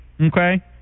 Okay